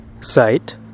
site